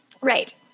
Right